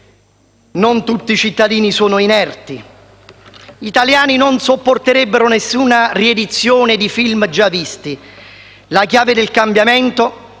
non tutti i cittadini sono inerti. Gli italiani non sopporterebbero nessuna riedizione di film già visti. La chiave del cambiamento